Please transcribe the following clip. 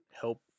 help